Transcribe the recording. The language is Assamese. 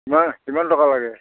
কিমান কিমান টকা লাগে